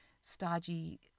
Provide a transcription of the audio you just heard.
stodgy